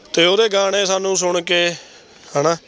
ਅਤੇ ਉਹਦੇ ਗਾਣੇ ਸਾਨੂੰ ਸੁਣ ਕੇ ਹੈ ਨਾ